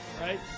right